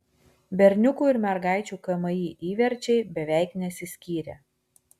berniukų ir mergaičių kmi įverčiai beveik nesiskyrė